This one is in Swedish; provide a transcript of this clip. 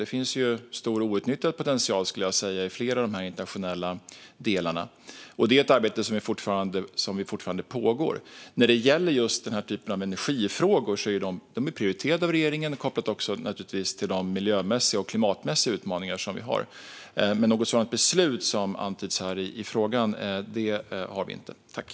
Det finns stor outnyttjad potential i flera av de internationella delarna. Det är ett arbete som fortfarande pågår. Just den här typen av energifrågor är prioriterade av regeringen, kopplat till de miljö och klimatmässiga utmaningarna. Men ett sådant beslut som antyds i frågan har vi inte tagit.